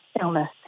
illness